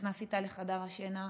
ונכנס איתה לחדר השינה,